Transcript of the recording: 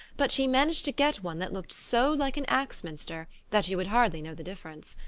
but she managed to get one that looked so like an axminster that you would hardly know the difference.